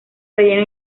relleno